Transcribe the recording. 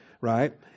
right